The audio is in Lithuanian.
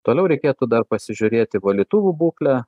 toliau reikėtų dar pasižiūrėti valytuvų būklę